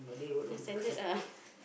no standard ah